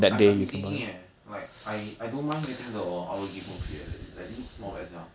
I I've been thinking eh like I I don't mind getting the R_O_G phone three leh like like it looks not bad sia